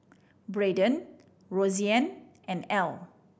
Braiden Roseann and Ell